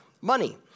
money